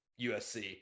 USC